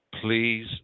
please